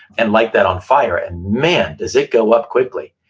and light that on fire, and man, does it go up quickly.